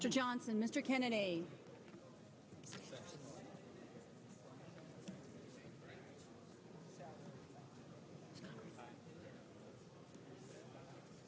to johnson mr kennedy m